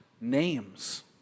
names